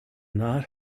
not